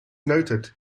noted